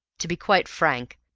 to be quite frank,